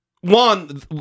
one